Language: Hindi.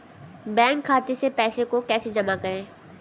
बैंक खाते से पैसे को कैसे जमा करें?